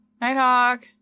Nighthawk